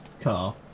car